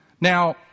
Now